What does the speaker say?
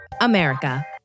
America